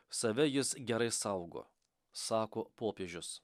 save jis gerai saugo sako popiežius